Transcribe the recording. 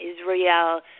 Israel